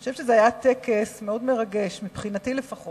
אני חושבת שזה היה טקס מרגש מאוד, מבחינתי לפחות.